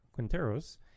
Quinteros